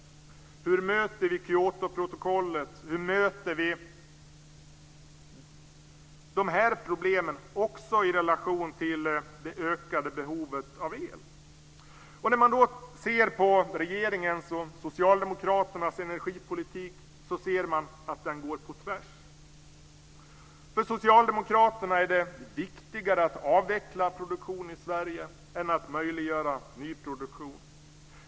Hur möter vi Kyotoprotokollet? Hur möter vi dessa problem i relation till det ökade behovet av el? När man ser på regeringens och Socialdemokraternas energipolitik ser man att den går på tvärs. För Socialdemokraterna är det viktigare att avveckla produktion i Sverige än att möjliggöra ny produktion.